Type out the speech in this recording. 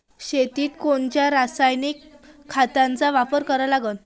शेतीत कोनच्या रासायनिक खताचा वापर करा लागते?